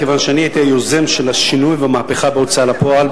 כיוון שאני הייתי היוזם של השינוי והמהפכה בהוצאה לפועל,